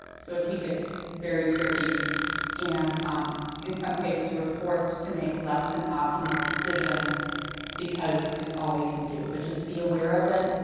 so it can get very tricky and in some cases we're forced to make less than optimal decisions because it's all we can do, but just be aware of it,